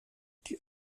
die